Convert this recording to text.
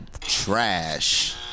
Trash